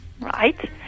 Right